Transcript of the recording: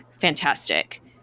fantastic